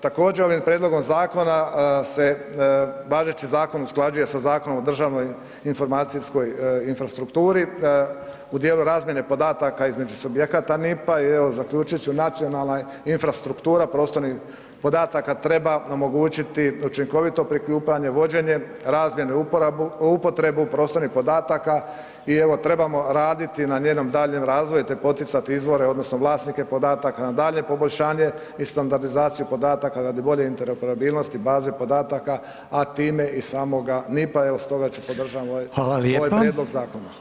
Također ovim prijedlogom zakona se važeći zakon usklađuje sa Zakonom o državnoj informacijskoj infrastrukturi u dijelu razmjene podataka između subjekata NIP-a i evo zaključili su nacionalna infrastruktura prostornih podataka treba omogućiti učinkovito prikupljanje, vođenje, razmjenu i uporabu, upotrebu prostornih podataka i evo trebamo raditi na njenom daljnjem razvoju te poticati izvore odnosno vlasnike podataka na daljnje poboljšanje i standardizaciju podataka radi bolje interoperabilnosti baze podataka, a time i samoga NIP-a evo stoga ću, podržavam ovaj prijedlog zakona.